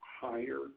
higher